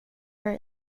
her